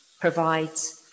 provides